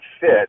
fit